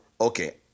okay